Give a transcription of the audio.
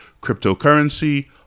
cryptocurrency